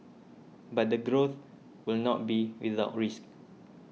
but the growth will not be without risk